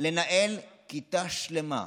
לנהל כיתה שלמה,